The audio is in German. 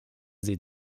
sie